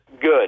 good